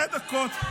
שתי דקות.